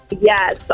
Yes